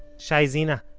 shai zena?